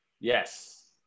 Yes